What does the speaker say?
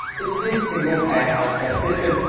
it's this single-payer health care system,